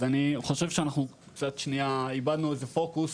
אז אני חושב שאנחנו קצת שנייה איבדנו איזה פוקוס,